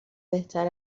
بهتر